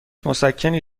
مسکنی